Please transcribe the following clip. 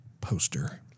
poster